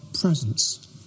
presence